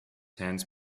hands